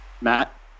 Matt